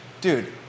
dude